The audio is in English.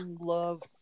love